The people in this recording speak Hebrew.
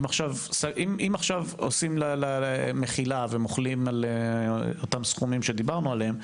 אם עכשיו עושים "מחילה" ומוחלים על אותם סכומים שדיברנו עליהם,